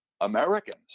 Americans